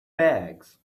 bags